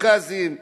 קווקזים וערבים.